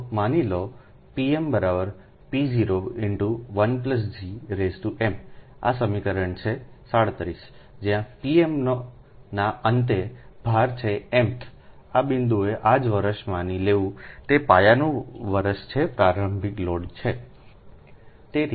તો માની લોpm p01gm આ સમીકરણ છે37 જ્યાંpmના અંતે ભાર છેmth આ બિંદુએ આજે વર્ષ માની લેવું તે પાયાના વર્ષના છે પ્રારંભિક લોડ છે